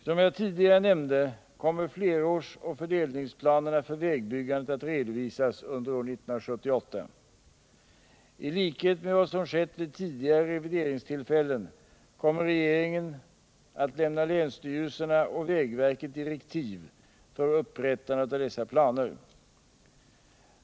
Som jag tidigare nämnde, kommer flerårsoch fördelningsplanerna för vägbyggandet att revideras under år 1978. I likhet med vad som skett vid tidigare revideringstillfällen kommer regeringen att lämna länsstyrelserna och vägverket direktiv för upprättandet av dessa planer.